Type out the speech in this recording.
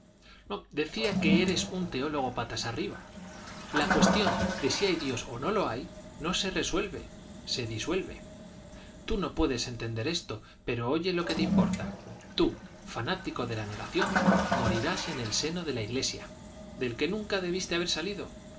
ni para bien ni para mal la cuestión de si hay dios o no lo hay no se resuelve se disuelve tú no puedes entender esto pero oye lo que te importa tú fanático de la negación morirás en el seno de la iglesia del que nunca debiste haber salido